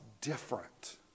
different